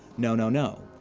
no, no, no.